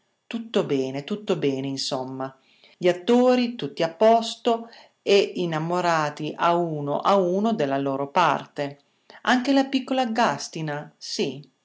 tutto bene tutto bene insomma gli attori tutti a posto e innamorati a uno a uno della loro parte anche la piccola gàstina sì